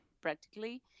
practically